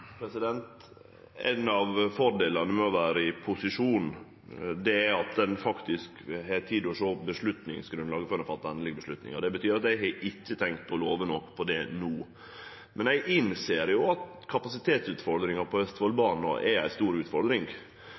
Ein av fordelane med å vere i posisjon er at ein har tid til å sjå avgjerdsgrunnlaget før ein tek ei endeleg avgjerd. Det betyr at eg ikkje har tenkt å love noko om det no. Men eg innser at kapasiteten på Østfoldbanen er ei stor utfordring,